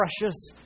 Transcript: precious